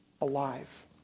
alive